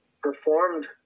performed